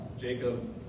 Jacob